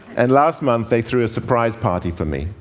and last month, they threw a surprise party for me.